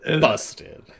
busted